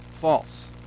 false